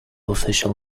official